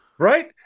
Right